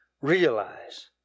realize